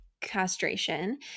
castration